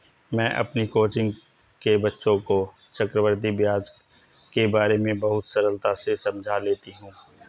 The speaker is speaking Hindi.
मैं अपनी कोचिंग के बच्चों को चक्रवृद्धि ब्याज के बारे में बहुत सरलता से समझा लेती हूं